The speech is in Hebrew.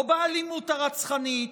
לא באלימות הרצחנית,